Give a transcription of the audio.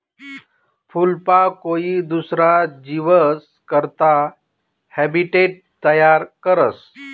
फूलपाकोई दुसरा जीवस करता हैबीटेट तयार करस